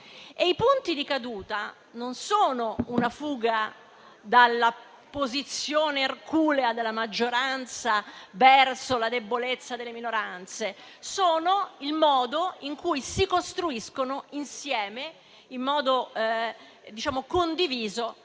i punti di caduta, che non sono una fuga dalla posizione erculea della maggioranza verso la debolezza delle minoranze, ma sono il modo in cui si costruiscono insieme, in modo condiviso,